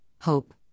hope